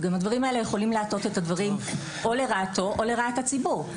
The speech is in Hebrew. וגם הדברים האלה יכולים להטות את הדברים או לרעתו או לרעת הציבור.